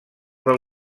del